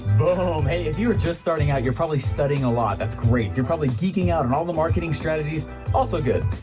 boom hey if you are just starting out, you're probably studying a lot, that's great, you're probably geeking out on and all the marketing strategies also good,